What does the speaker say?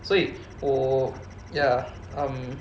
所以我 ya um